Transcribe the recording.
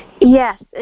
Yes